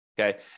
Okay